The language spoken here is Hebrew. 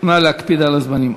נא להקפיד על הזמנים.